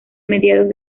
mediados